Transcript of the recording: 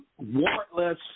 warrantless